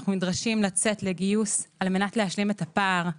אנחנו נדרשים לצאת לגיוס על מנת להשלים את הפער.